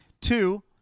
Two